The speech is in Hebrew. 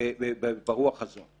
ברוח הזאת,